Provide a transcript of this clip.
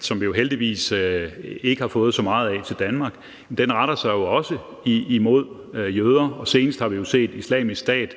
som vi jo heldigvis ikke har fået så meget af til Danmark, retter sig også imod jøder. Senest har vi jo set Islamisk Stat